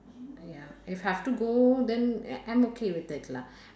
!aiya! if have to go then I'm okay with it lah